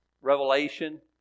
Revelation